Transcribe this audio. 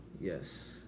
Yes